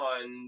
One